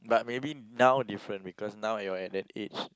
maybe now different because now you are at that age